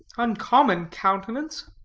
uncommon countenance.